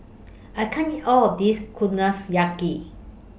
I can't eat All of This